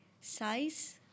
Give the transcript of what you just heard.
size